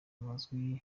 bazi